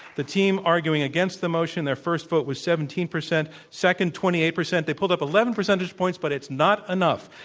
the team arguing against the motion, their first vote was seventeen percent second, twenty eight percent. they pulled up eleven percentage point, but it's not enough.